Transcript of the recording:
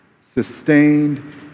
sustained